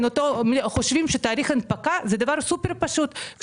חושבים שתאריך הנפקה זה דבר סופר פשוט,